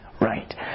right